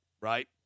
right